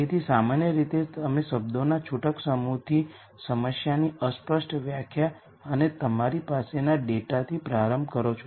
તેથી સામાન્ય રીતે તમે શબ્દોના છૂટક સમૂહથી સમસ્યાની અસ્પષ્ટ વ્યાખ્યા અને તમારી પાસેના ડેટાથી પ્રારંભ કરો છો